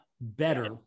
better